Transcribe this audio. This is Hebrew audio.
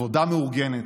עבודה מאורגנת,